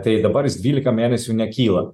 tai dabar jis dvylika mėnesių nekyla